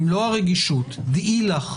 במלוא הרגישות: דעי לך,